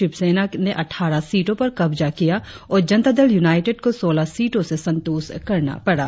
शिवसेना ने अट्ठारह सीटों पर कब्जा किया और जनता दल यूनाइटेड को सोलह सीटों से संतोष करना पड़ा